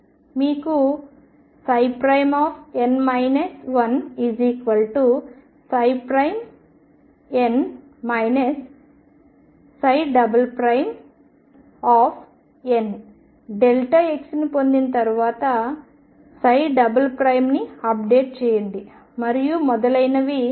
మీకు N 1N Nx ని పొందిన తర్వాత ని అప్డేట్ చేయండి మరియు మొదలైనవి